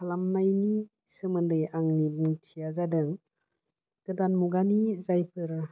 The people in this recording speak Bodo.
खालामनायनि सोमोन्दै आंनि बुंथिया जादों गोदान मुगानि जायफोर